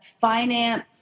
finance